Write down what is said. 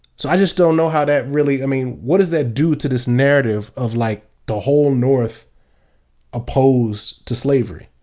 so, i just don't know how that really, i mean, what does that do to this narrative of like the whole north opposed to slavery?